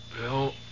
Bill